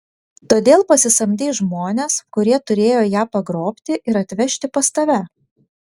todėl pasisamdei žmones kurie turėjo ją pagrobti ir atvežti pas tave